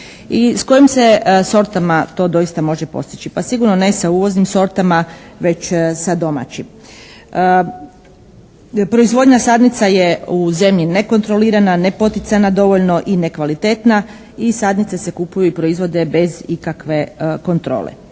s kojim se sortama to doista može postići? Pa sigurno ne sa uvoznim sortama, već sa domaćim. Proizvodnja sadnica je u zemlji nekontrolirana, nepoticana dovoljno i nekvalitetna i sadnice se kupuju i proizvode bez ikakve kontrole,